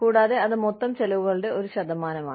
കൂടാതെ അത് മൊത്തം ചെലവുകളുടെ ഒരു ശതമാനമാണ്